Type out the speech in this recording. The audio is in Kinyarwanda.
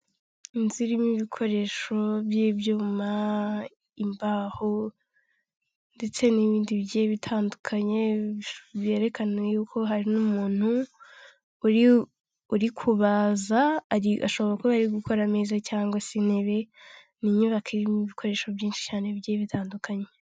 Inzu irimo ibikoresho by'ibyuma imbaho ndetse n'ibindi bigiye bitandukanye byerekana yuko hari n'umuntu urikuza ashobora gukora ameza cyangwa se intebe, ni inyubako irimo ibikoresho byinshi cyane bigiye bitandukanye.